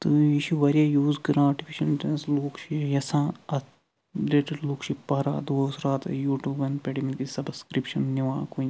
تہٕ یہِ چھِ واریاہ یوٗز کران آٹِفِشَل لوٗکھ چھِ یہِ یِژھان اَتھ رِلیٹٕڈ لُکھ چھِ پران دۄہَس راتَس یوٗٹوبَن پٮ۪ٹھ سبٕسکرٛپشَن نِوان کُنہِ